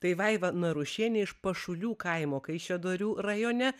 tai vaiva narušienė iš pašulių kaimo kaišiadorių rajone